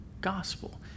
gospel